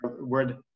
word